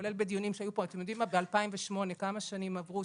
כולל בדיונים שהיו פה ב-2008, כמה שנים עברו?